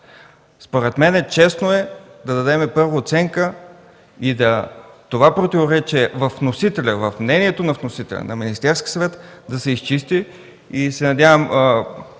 Според мен е честно, първо, да дадем оценка и това противоречие в мнението на вносителя – на Министерския съвет, да се изчисти.